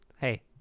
Hey